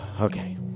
okay